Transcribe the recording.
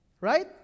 right